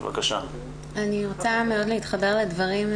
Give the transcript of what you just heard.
וסליחה שאני עומדת לומר את הדוגמה הבאה,